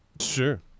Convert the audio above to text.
Sure